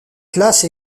classe